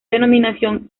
denominación